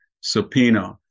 subpoena